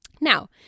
Now